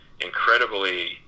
incredibly